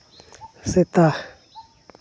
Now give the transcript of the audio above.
ᱥᱮᱛᱟ